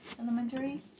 Elementary